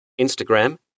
instagram